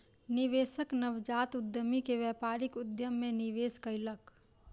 निवेशक नवजात उद्यमी के व्यापारिक उद्यम मे निवेश कयलक